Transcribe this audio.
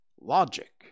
Logic